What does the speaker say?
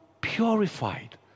purified